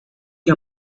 que